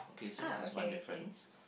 ah okay okay